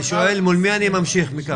מול מי אני ממשיך מכאן?